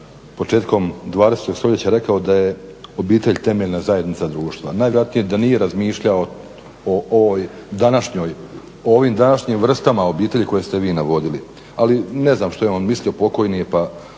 početkom 20. stoljeća rekao da je obitelj temeljna zajednica društva. Najvjerojatnije da nije razmišljao o ovim današnjim vrstama obitelji koje ste vi navodili, ali ne znam što je on mislio, pokojni je, ali